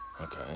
Okay